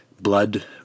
blood